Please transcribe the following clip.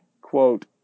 quote